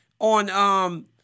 on